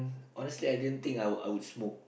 honestly I didn't think I would I would smoke